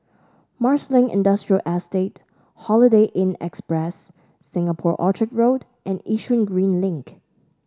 Marsiling Industrial Estate Holiday Inn Express Singapore Orchard Road and Yishun Green Link